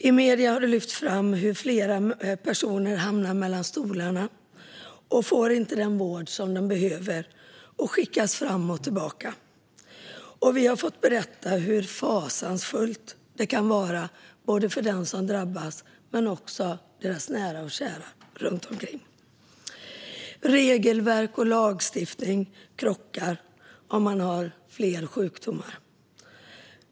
I medier har det lyfts fram hur personer hamnar mellan stolarna och inte får den vård de behöver utan skickas fram och tillbaka. Vi har fått berättat hur fasansfullt det kan vara både för den som drabbas och för de nära och kära runtomkring. Regelverk och lagstiftningar krockar om man har flera sjukdomar.